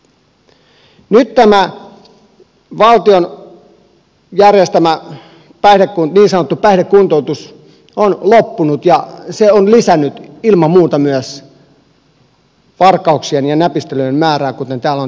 nyt tämä valtion järjestämä niin sanottu päihdekuntoutus on loppunut ja se on lisännyt ilman muuta myös varkauksien ja näpistelyjen määrää kuten täällä on tänään käynyt ilmi